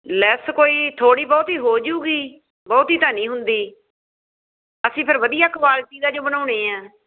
less ਕੋਈ ਥੋੜ੍ਹੀ ਬਹੁਤੀ ਹੋ ਜਾਊਗੀ ਬਹੁਤੀ ਤਾਂ ਨਹੀਂ ਹੁੰਦੀ ਅਸੀਂ ਫਿਰ ਵਧੀਆ ਕੁਆਲਿਟੀ ਦਾ ਜੋ ਬਣਾਉਂਦੇ ਹਾਂ